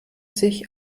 sich